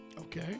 Okay